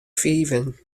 fiven